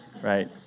right